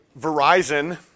Verizon